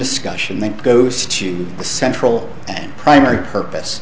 discussion that goes to the central primary purpose